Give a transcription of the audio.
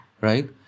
right